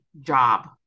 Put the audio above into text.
job